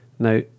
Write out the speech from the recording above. Now